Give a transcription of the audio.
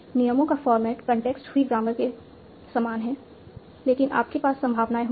नियमों का format context free grammar के समान है लेकिन आपके पास संभावनाएं होंगी